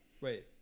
Wait